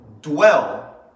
dwell